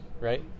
right